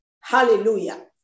Hallelujah